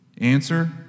Answer